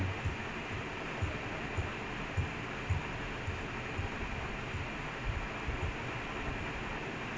ஆமா அவங்க சொல்லுறாங்க இருபது நிமிஷம் ஆயிடுச்சு:aamaa avanga solraanga irupathu nimisham ayiduchu like இருபத்தி ஒரு நிமிஷம் ஆச்சுல உனக்கு:irupathi oru nimisham aachula unakku